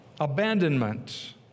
Abandonment